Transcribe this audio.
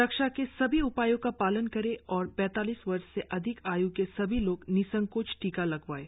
स्रक्षा के सभी उपायों का पालन करें और पैतालीस वर्ष से अधिक आय् के सभी लोग निसंकोच टीका लगवाएं